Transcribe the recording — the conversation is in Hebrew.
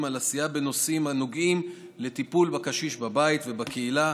לעשייה בנושאים הנוגעים לטיפול בקשיש בבית ובקהילה,